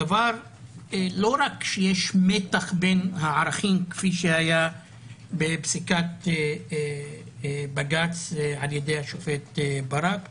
לא רק שיש מתח בין הערכים כפי שהיה בפסיקת בג"ץ על ידי השופט ברק בזמנו,